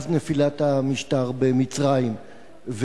מאז נפילת המשטר במצרים,